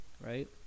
right